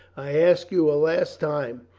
i ask you a last time.